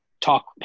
talk